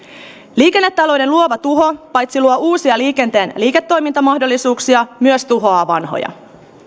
liikennetalouden luova tuho paitsi luo uusia liikenteen liiketoimintamahdollisuuksia myös tuhoaa vanhoja